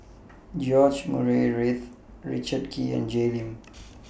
George Murray Reith Richard Kee and Jay Lim